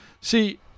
See